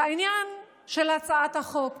לעניין הצעת החוק